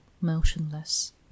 motionless